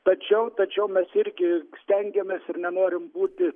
tačiau tačiau mes irgi stengiamės ir nenoriu būti